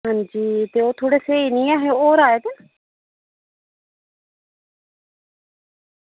अंजी ते स्हेई निं हे ते होर आए दे न